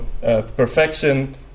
perfection